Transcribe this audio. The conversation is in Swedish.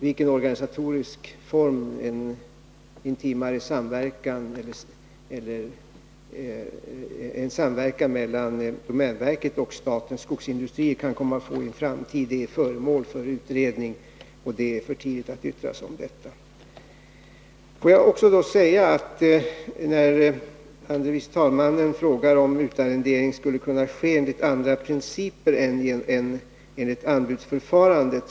Vilken organisatorisk form en samverkan mellan domänverket och statens skogsindustrier kan komma att få i en framtid är föremål för utredning. Det är för tidigt att yttra sig om detta. Andre vice talmannen frågade om inte utarrendering skulle kunna ske enligt andra principer än via anbudsförfarande.